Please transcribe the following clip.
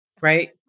right